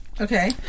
okay